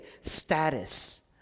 status